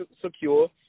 secure